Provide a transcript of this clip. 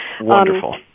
Wonderful